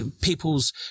people's